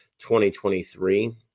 2023